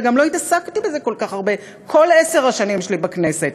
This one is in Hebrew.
וגם לא התעסקתי בזה כל כך הרבה כל עשר השנים שלי בכנסת.